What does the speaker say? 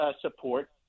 support